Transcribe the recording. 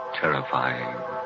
terrifying